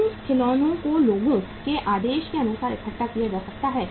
उन खिलौनों को लोगों के आदेश के अनुसार इकट्ठा किया जा सकता है